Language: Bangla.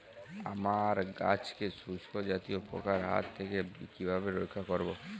আমার গাছকে শঙ্কু জাতীয় পোকার হাত থেকে কিভাবে রক্ষা করব?